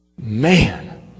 Man